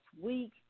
week